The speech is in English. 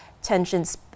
tensions